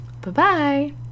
Bye-bye